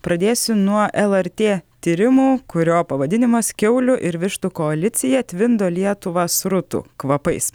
pradėsiu nuo lrt tyrimų kurio pavadinimas kiaulių ir vištų koalicija tvindo lietuvą srutų kvapais